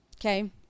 Okay